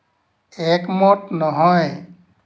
একমত নহয়